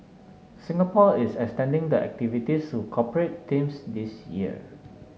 Singapore is extending the activities to corporate teams this year